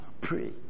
pray